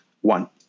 One